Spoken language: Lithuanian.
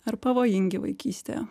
ar pavojingi vaikystėje